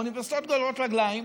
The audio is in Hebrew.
האוניברסיטאות גוררות רגליים,